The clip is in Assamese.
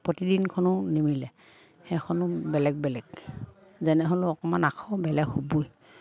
প্ৰতিদিনখনো নিমিলে সেইখনো বেলেগ বেলেগ যেনে হ'লেও অকণমান আকৌ বেলেগ হ'বই